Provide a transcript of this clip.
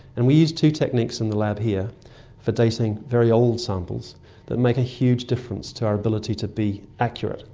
and we use two techniques in the lab here for dating very old samples that make a huge difference to our ability to be accurate,